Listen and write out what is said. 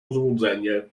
złudzenie